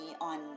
on